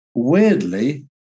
Weirdly